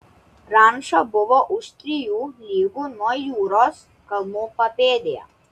ranča buvo už trijų lygų nuo jūros kalnų papėdėje